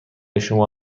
شما